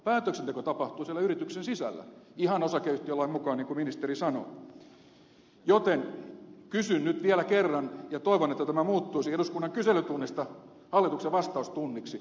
päätöksenteko tapahtuu siellä yrityksen sisällä ihan osakeyhtiölain mukaan niin kuin ministeri sanoi joten kysyn nyt vielä kerran ja toivon että tämä muuttuisi eduskunnan kyselytunnista hallituksen vastaustunniksi